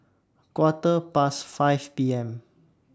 Quarter Past five P M